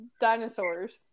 Dinosaurs